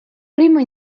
primo